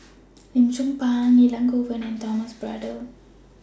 Lim Chong Pang Elangovan and Thomas Braddell